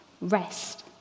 rest